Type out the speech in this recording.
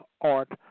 art